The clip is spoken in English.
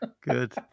Good